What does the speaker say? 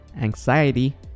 anxiety